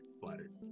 flattered